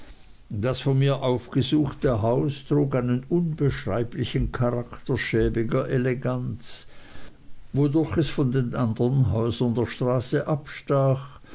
das von mir aufgesuchte haus trug einen unbeschreiblichen charakter schäbiger eleganz wodurch es von den andern häusern der straße abstach